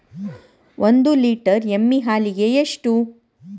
ಒಂದು ಲೇಟರ್ ಎಮ್ಮಿ ಹಾಲಿಗೆ ಎಷ್ಟು?